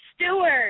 Stewart